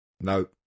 No